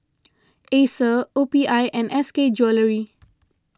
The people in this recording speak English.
Acer O P I and S K Jewellery